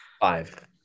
Five